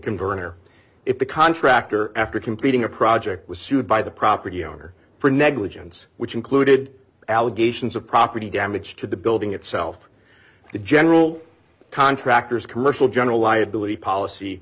can burn or if the contractor after completing a project was sued by the property owner for negligence which included allegations of property damage to the building itself the general contractors commercial general liability policy